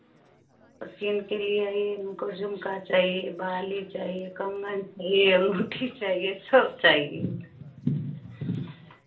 तो किन के ले आइए हमको झुमका चाहिए बाली चाहिए कंगन चाहिए ओेठी चाहिए सब चाहिए